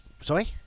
Sorry